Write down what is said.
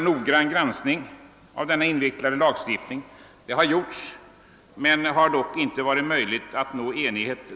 Jag frågar mig på vilken sida herr Carlshamre har vaknat i dag den 13 december.